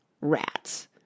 rats